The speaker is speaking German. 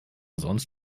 sonst